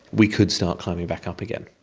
we could start climbing back up again.